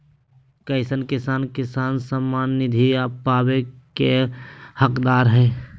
कईसन किसान किसान सम्मान निधि पावे के हकदार हय?